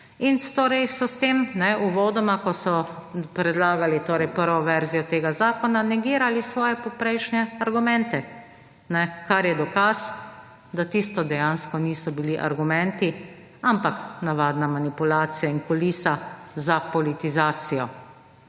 In torej so s tem uvodoma, ko so predlagali torej prvo verzijo tega zakona, negirali svoje poprejšnje argumente, kar je dokaz, da tisto dejansko niso bili argumenti, ampak navadna manipulacija in kulisa za politizacijo.